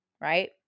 right